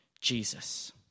Jesus